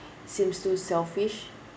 seems too selfish